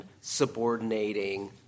subordinating